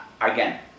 again